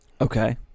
Okay